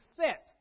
set